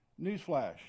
newsflash